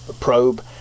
probe